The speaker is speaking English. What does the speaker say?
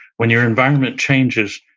when your environment changes,